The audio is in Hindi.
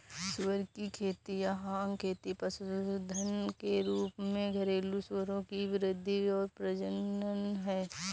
सुअर की खेती या हॉग खेती पशुधन के रूप में घरेलू सूअरों की वृद्धि और प्रजनन है